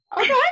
okay